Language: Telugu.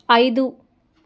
ఐదు